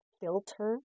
filter